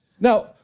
Now